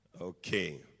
Okay